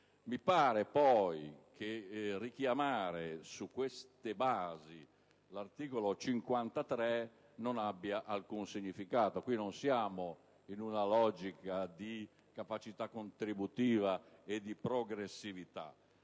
Mi pare poi che richiamare, su queste basi, l'articolo 53 non abbia alcun significato: non siamo in una logica di capacità contributiva e di progressività.